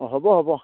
অঁ হ'ব হ'ব